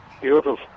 beautiful